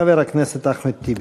חבר הכנסת אחמד טיבי.